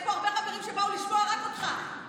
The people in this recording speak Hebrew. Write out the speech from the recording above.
יש פה הרבה חברים שבאו לשמוע רק אותך,